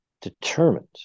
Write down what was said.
determined